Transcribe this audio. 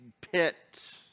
pit